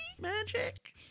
magic